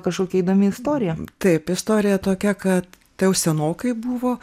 kažkokia įdomi istorija taip istorija tokia kad tai jau senokai buvo